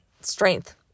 strength